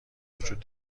وجود